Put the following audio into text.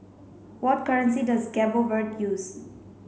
what currency does Cabo Verde use